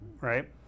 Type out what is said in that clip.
right